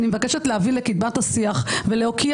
אני מבקשת להביא לקדמת השיח ולהוקיע